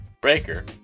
Breaker